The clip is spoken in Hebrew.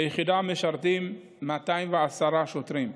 ביחידה משרתים 210 שוטרים,